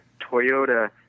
Toyota